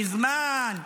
מזמן,